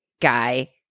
guy